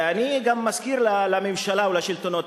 ואני גם מזכיר לממשלה ולשלטונות,